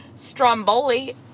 stromboli